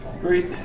Great